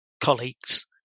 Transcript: colleagues